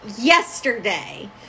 yesterday